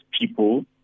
people